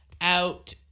out